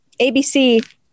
abc